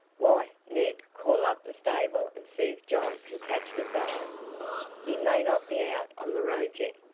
why, ned, call up the stable and see if john can catch the fellow he may not be out on the road yet,